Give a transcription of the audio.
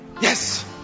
Yes